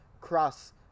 cross